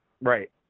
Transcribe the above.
Right